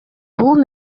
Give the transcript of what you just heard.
бул